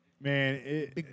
Man